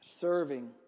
serving